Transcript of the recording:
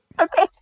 Okay